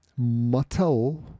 Matao